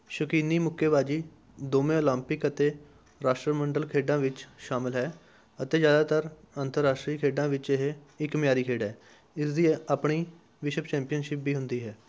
ਸ਼ੌਕੀਨੀ ਮੁੱਕੇਬਾਜ਼ੀ ਦੋਵੇਂ ਓਲੰਪਿਕ ਅਤੇ ਰਾਸ਼ਟਰਮੰਡਲ ਖੇਡਾਂ ਵਿੱਚ ਸ਼ਾਮਿਲ ਹੈ ਅਤੇ ਜ਼ਿਆਦਾਤਰ ਅੰਤਰਰਾਸ਼ਟਰੀ ਖੇਡਾਂ ਵਿੱਚ ਇਹ ਇੱਕ ਮਿਆਰੀ ਖੇਡ ਹੈ ਇਸ ਦੀ ਆਪਣੀ ਵਿਸ਼ਵ ਚੈਂਪੀਅਨਸ਼ਿਪ ਵੀ ਹੁੰਦੀ ਹੈ